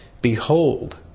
Behold